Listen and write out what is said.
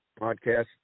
podcast